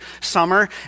summer